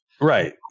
Right